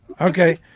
Okay